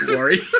worry